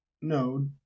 no